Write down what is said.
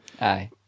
Aye